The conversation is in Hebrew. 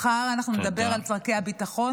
מחר אנחנו נדבר על צורכי הביטחון.